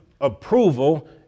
approval